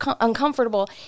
uncomfortable